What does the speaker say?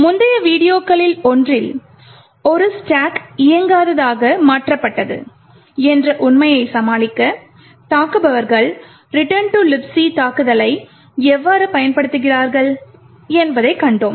முந்தைய வீடியோக்களில் ஒன்றில் இந்த ஸ்டாக் இயங்காததாக மாற்றப்பட்டது என்ற உண்மையை சமாளிக்க தாக்குபவர்கள் Return to Libc தாக்குதலை எவ்வாறு பயன்படுத்துகிறார்கள் என்பதைக் கண்டோம்